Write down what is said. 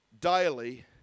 daily